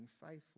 faithful